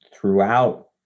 throughout